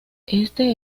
este